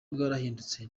bwarahindutse